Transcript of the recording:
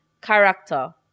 character